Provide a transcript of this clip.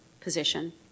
position